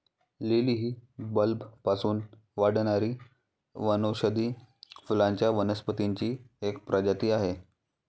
lily ही बल्बपासून वाढणारी वनौषधी फुलांच्या वनस्पतींची एक प्रजाती आहे